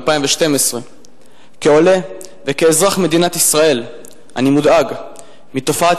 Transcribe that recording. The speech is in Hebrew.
2012. כעולה וכאזרח מדינת ישראל אני מודאג מתופעת